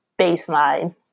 baseline